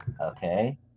Okay